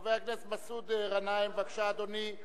חבר הכנסת מסעוד גנאים, בבקשה, אדוני.